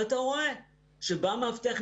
ואתה רואה שבא מאבטח,